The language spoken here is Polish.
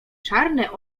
czarne